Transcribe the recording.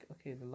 okay